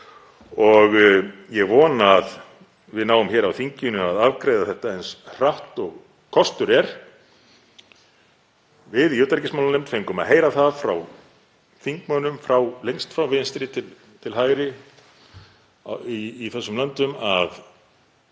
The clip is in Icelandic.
og ég vona að við náum hér á þinginu að afgreiða þetta eins hratt og kostur er. Við í utanríkismálanefnd fengum að heyra það frá þingmönnum lengst frá vinstri til hægri í þessum löndum að